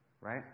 Right